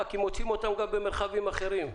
כי מוצאים אותם גם במרחבים אחרים.